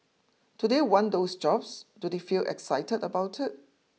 do they want those jobs do they feel excited about it